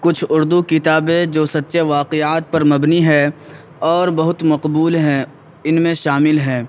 کچھ اردو کتابیں جو سچے واقعات پر مبنی ہے اور بہت مقبول ہیں ان میں شامل ہے